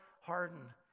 harden